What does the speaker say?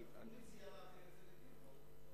אני רק רוצה להוסיף משפט משלי.